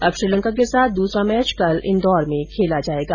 अब श्रीलंका के साथ दूसरा मैच कल इन्दौर में खेला जायेगा